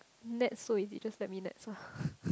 nets so easy just let me nets ah